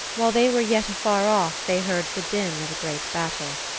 while they were yet afar off they heard the din of a great battle.